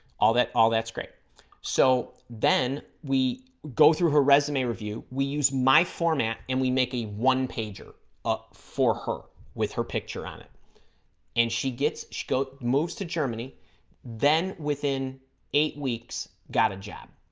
all that all that's great so then we go through her resume review we use my format and we make a one-pager ah for her with her picture on it and she gets she goat moves to germany then within eight weeks got a job